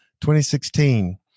2016